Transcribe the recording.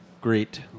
great